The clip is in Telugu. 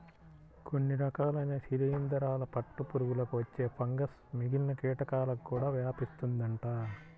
కొన్ని రకాలైన శిలీందరాల పట్టు పురుగులకు వచ్చే ఫంగస్ మిగిలిన కీటకాలకు కూడా వ్యాపిస్తుందంట